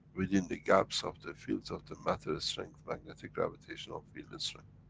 within the gaps of the fields of the matter strength, magnetic-gravitational field and strength.